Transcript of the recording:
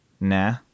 Nah